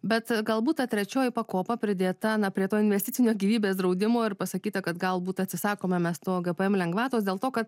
bet galbūt ta trečioji pakopa pridėta na prie to investicinio gyvybės draudimo ir pasakyta kad galbūt atsisakome mes to gpm lengvatos dėl to kad